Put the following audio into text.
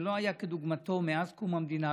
שלא היה כדוגמתו מאז קום המדינה.